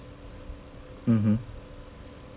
mmhmm